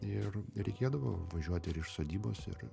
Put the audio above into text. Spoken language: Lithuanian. ir reikėdavo važiuoti ir iš sodybos ir